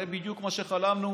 זה בדיוק כמו שחלמנו